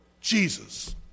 Jesus